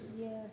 yes